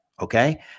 Okay